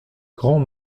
grand